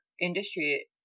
industry